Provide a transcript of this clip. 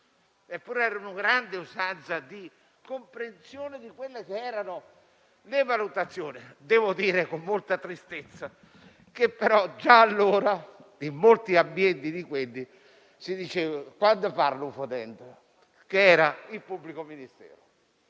eppure era una grande usanza di comprensione di quelle che erano le valutazioni. Devo dire con molta tristezza che però già allora, in molti di quegli ambienti, si diceva: «*quann' parl' o fetent'?*» (che era il pubblico ministero).